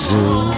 Zoom